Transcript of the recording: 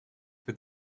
with